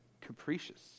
capricious